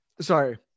sorry